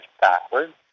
backwards